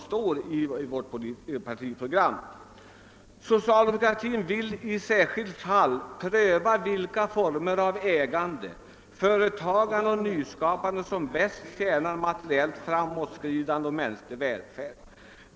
Det heter i vårt partiprogram: >Socialdemokratin vill i varje särskilt fall pröva vilka former av ägande, företagande och nyskapande som bäst tjänar materiellt framåtskridande och mänsklig välfärd.